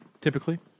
typically